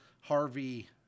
Harvey